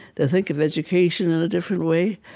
to think of education in a different way.